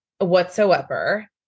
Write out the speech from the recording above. whatsoever